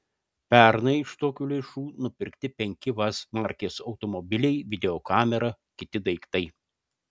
pernai iš tokių lėšų nupirkti penki vaz markės automobiliai videokamera kiti daiktai